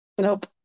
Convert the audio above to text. Nope